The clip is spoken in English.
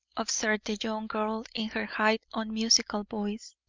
observed that young girl in her high, unmusical voice.